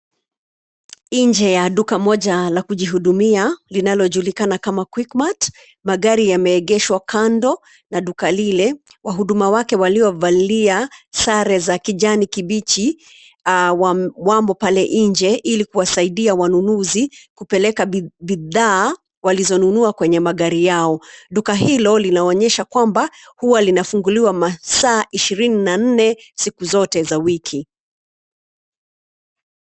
Nje ya duka moja la kujihudumia, linalojulikana kama QuickMart , magari yameegeshwa kando, na duka lile, wahuduma wake waliovalia, sare za kijani kibichi, wamo pale nje, ilikuwasaidia wanunuzi, kupelekea bidhaa, walizonunua kwenye magari yao, duka hilo linaonyesha kwamba, huwa linafunguliwa, masaa ishirini na nne, siku zote za wiki.